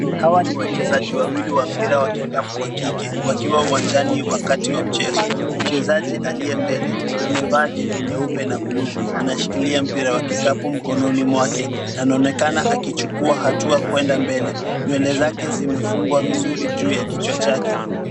Hawa ni wachezaji wawili wa mpira ya kikapu wakiwa uwanjani wakati wa mchezo. Mchezaji aliye mbele amevaa jezi nyeupe na buluu, anashikilia mpira wa kikapu mkononi mwake na anaonekana kuchukua hatua mbele. Nywele zake zimefungwa vizuri juu ya kichwa chake.